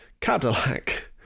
Cadillac